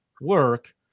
work